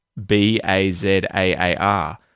B-A-Z-A-A-R